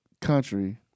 country